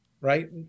right